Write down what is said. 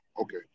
Okay